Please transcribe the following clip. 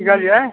की कहलियै